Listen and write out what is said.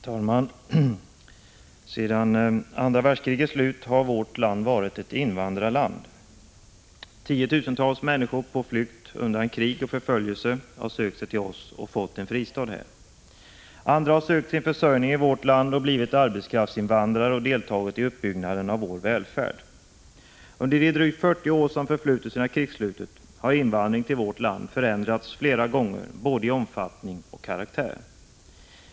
Herr talman! Sedan andra världskrigets slut har vårt land varit ett invandrarland. Tiotusentals människor på flykt undan krig och förföljelse har sökt sig till oss och fått en fristad här. Andra har sökt sin försörjning i vårt land och blivit arbetskraftsinvandrare och deltagit i uppbyggnaden av vår välfärd. Under de drygt 40 år som förflutit sedan krigsslutet har invandringen till vårt land förändrats flera gånger, både i omfattning och karaktär.